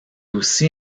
aussi